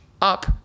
up